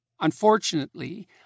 Unfortunately